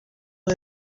ubu